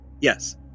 Yes